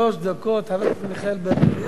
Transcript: שלוש דקות, חבר הכנסת מיכאל בן-ארי.